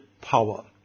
power